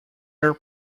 are